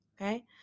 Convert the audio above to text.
okay